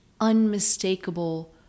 unmistakable